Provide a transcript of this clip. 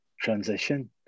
transition